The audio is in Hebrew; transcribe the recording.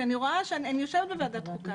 כי אני רואה אני יושבת בוועדת החוקה,